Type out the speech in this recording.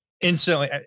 Instantly